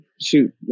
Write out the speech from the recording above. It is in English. shoot